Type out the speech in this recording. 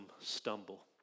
stumble